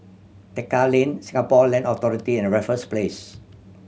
Tekka Lane Singapore Land Authority and Raffles Place